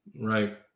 Right